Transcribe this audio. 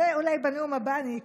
את זה אולי בנאום הבא אני אקח,